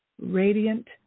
radiant